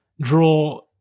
draw